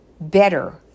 better